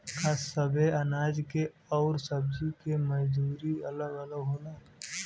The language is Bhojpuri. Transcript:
का सबे अनाज के अउर सब्ज़ी के मजदूरी अलग अलग होला?